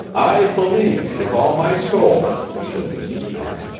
i believe it with all my soul, said mrs. knapp.